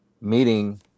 meeting